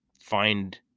find